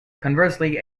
conversely